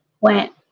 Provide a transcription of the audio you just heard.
went